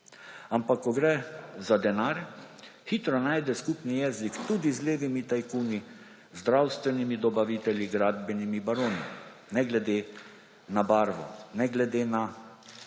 Ampak ko gre za denar, hitro najde skupni jezik tudi z levimi tajkuni, zdravstvenimi dobavitelji, gradbenimi baroni, ne glede na barvo, ne glede na